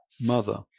mother